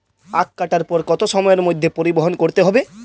আখ কাটার পর কত সময়ের মধ্যে পরিবহন করতে হবে?